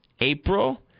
April